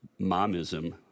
momism